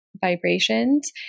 vibrations